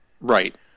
Right